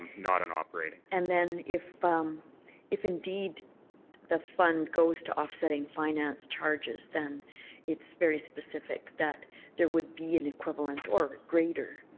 not on operating. and then if um if indeed the fund goes to offsetting finance charges, then it's very specific that there would be an equivalent or greater